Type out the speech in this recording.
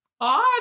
odd